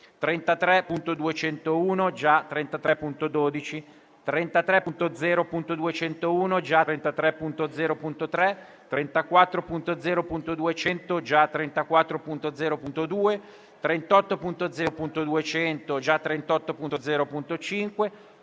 33.201 (già 33.12), 33.0.201 (già 33.0.3), 34.0.200 (già 34.0.2), 38.0.200 (già 38.0.5),